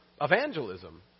evangelism